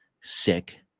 sick